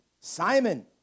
Simon